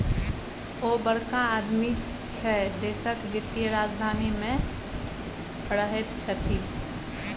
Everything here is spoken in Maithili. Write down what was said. ओ बड़का आदमी छै देशक वित्तीय राजधानी मे रहैत छथि